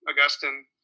Augustine